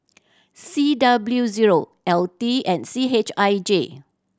C W zero L T and C H I J